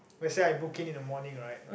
let's say book in in the morning [right]